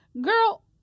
Girl